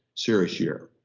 serious year.